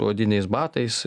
odiniais batais